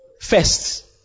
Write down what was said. First